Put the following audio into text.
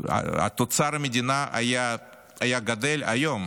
תוצר המדינה היה גדל כבר היום